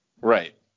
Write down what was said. Right